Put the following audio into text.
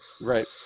right